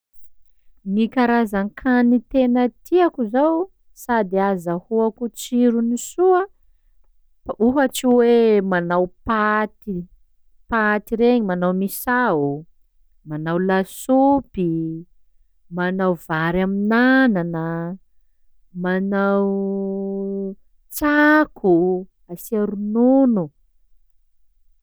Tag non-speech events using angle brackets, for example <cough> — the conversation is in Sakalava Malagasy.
Ny karazan-kany tena tiako zao sady azahoako tsirony soa p- ohatsy hoe manao paty- paty iregny, manao misao, manao lasopy, manao vary amin'anana, manao <hesitation> tsako asia ronono.